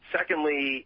Secondly